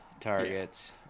targets